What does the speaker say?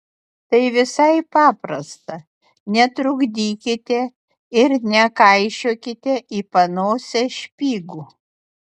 tai visai paprasta netrukdykite ir nekaišiokite į panosę špygų